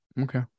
Okay